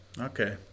Okay